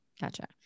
Gotcha